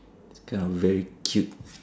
it's kind of very cute